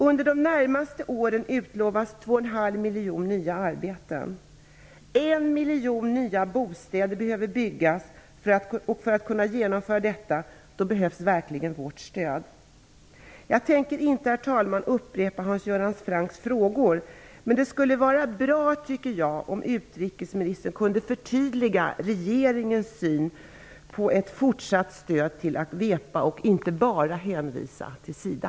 Under de närmaste åren utlovas 2,5 miljoner nya arbeten, och 1 miljon nya bostäder behöver byggas. För att kunna genomföra detta behövs verkligen vårt stöd. Jag tänker inte, herr talman, upprepa Hans Göran Francks frågor. Men jag tycker att det vore bra om utrikesministern kunde förtydliga regeringens syn på ett fortsatt stöd till AWEPA och inte bara hänvisa till SIDA.